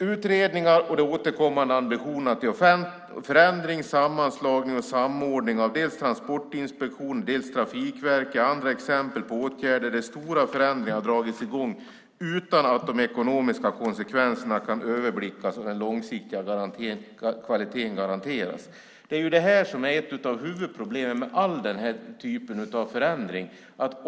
Utredningar och de återkommande ambitionerna till förändring, sammanslagning och samordning av dels transportinspektion, dels trafikverk är andra exempel på åtgärder där stora förändringar har dragits i gång utan att de ekonomiska konsekvenserna kan överblickas och den långsiktiga kvaliteten garanteras. Det här är ett av huvudproblemen med all den här typen av förändring.